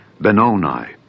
Benoni